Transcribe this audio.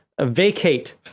vacate